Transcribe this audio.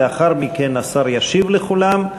לאחר מכן השר ישיב לכולם,